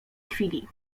chwili